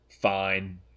fine